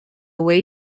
way